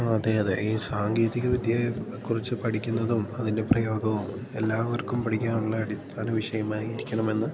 ആ അതെ അതെ ഈ സാങ്കേതികവിദ്യയെക്കുറിച്ച് പഠിക്കുന്നതും അതിൻ്റെ പ്രയോഗവും എല്ലാവർക്കും പഠിക്കാനുള്ള അടിസ്ഥാന വിഷയമായിരിക്കണമെന്ന്